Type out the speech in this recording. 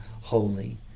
holy